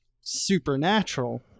supernatural